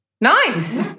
Nice